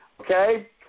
Okay